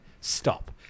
stop